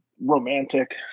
romantic